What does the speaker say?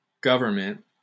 government